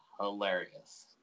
hilarious